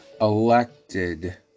elected